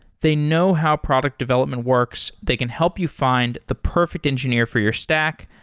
they know how product development works. they can help you find the perfect engineer for your stack,